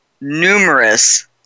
numerous